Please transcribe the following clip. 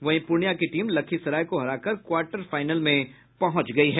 वहीं पूर्णिया की टीम लखीसराय को हराकर क्वार्टर फाईनल में पहुंच गयी है